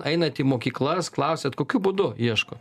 ainat į mokyklas klausiat kokiu būdu ieškot